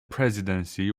presidency